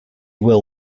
will